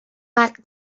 back